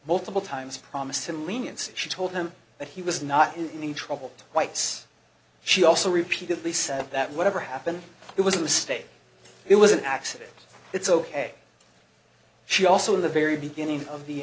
multiple times promised him leniency she told him that he was not in any trouble white's she also repeatedly said that whatever happened it was a mistake it was an accident it's ok she also in the very beginning of the